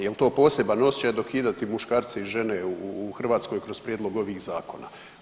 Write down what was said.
Je li to poseban osjećaj dokidati muškarce i žene u Hrvatskoj kroz prijedlog ovih zakona?